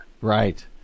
Right